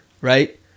right